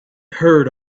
heard